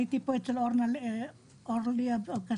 הייתי פה אצל אורלי אבקסיס